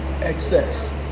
excess